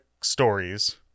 stories